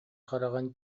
хараҕын